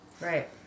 Right